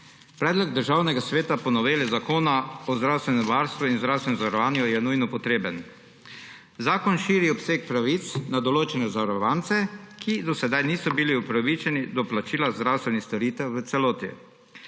Predlog Državnega sveta za novelo Zakona o zdravstvenem varstvu in zdravstvenem zavarovanju je nujno potreben. Zakon širi obseg pravic na določene zavarovance, ki do sedaj niso bili upravičeni do plačila zdravstvenih storitev v celoti.